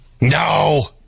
No